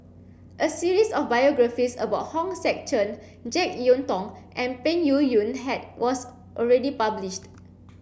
a series of biographies about Hong Sek Chern Jek Yeun Thong and Peng Yuyun had was already published